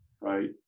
right